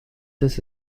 this